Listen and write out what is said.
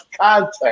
content